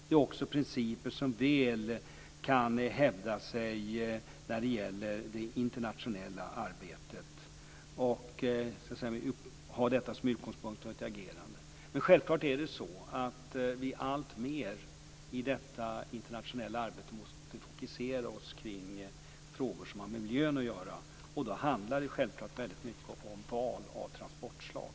Det är också principer som väl kan hävda sig när det gäller det internationella arbetet. Vi kan ha detta som utgångspunkt för vårt agerande. Men det är självfallet så att vi i detta internationella arbete alltmer måste fokusera på frågor som har med miljön att göra, och då handlar det väldigt mycket om val av transportslag.